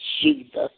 Jesus